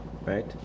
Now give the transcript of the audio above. Right